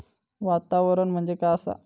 वातावरण म्हणजे काय असा?